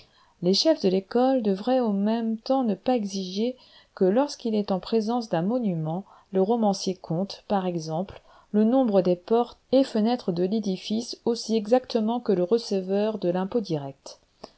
les chefs de l'école devraient en même temps ne pas exiger que lorsqu'il est en présence d'un monument le romancier compte par exemple le nombre des portes et fenêtres de l'édifice aussi exactement que le receveur de l'impôt direct